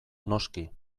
noski